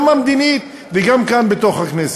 גם המדינית וגם כאן בתוך הכנסת.